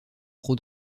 trop